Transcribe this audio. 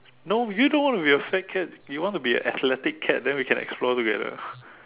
no you don't wanna be a fat cat you want to be a athletic cat then we can explore together